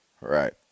Right